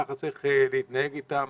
כך צריך להתנהג איתם.